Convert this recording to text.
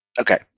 okay